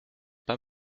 pas